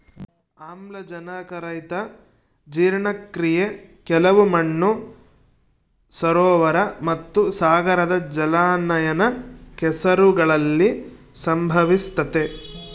ಆಮ್ಲಜನಕರಹಿತ ಜೀರ್ಣಕ್ರಿಯೆ ಕೆಲವು ಮಣ್ಣು ಸರೋವರ ಮತ್ತುಸಾಗರದ ಜಲಾನಯನ ಕೆಸರುಗಳಲ್ಲಿ ಸಂಭವಿಸ್ತತೆ